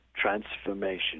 transformation